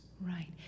Right